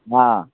हँ